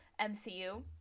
MCU